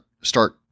start